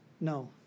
No